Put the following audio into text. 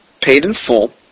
paid-in-full